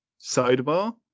sidebar